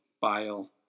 bile